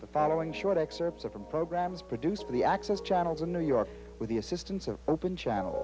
the following short excerpts of the programs produced reactions channels in new york with the assistance of open channel